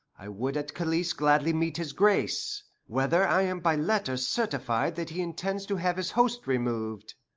i would at calice gladly meet his grace, whether i am by letters certified that he intends to have his host removed.